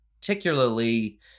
particularly